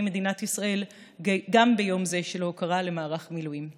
מדינת ישראל גם ביום זה של הוקרה למערך המילואים.